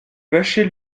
vacher